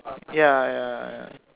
ya ya ya